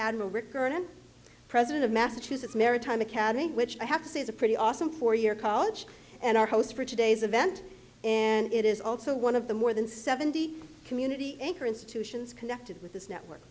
admiral recurrent president of massachusetts maritime academy which i have to say is a pretty awesome four year college and our host for today's event and it is also one of the more than seventy community anchor institutions connected with this network